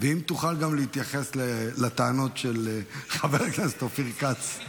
ואם תוכל גם להתייחס לטענות של חבר הכנסת אופיר כץ.